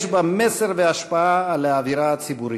יש בה מסר והשפעה על האווירה הציבורית.